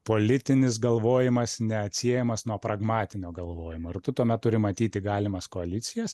politinis galvojimas neatsiejamas nuo pragmatinio galvojimo ir tu tuomet turi matyti galimas koalicijas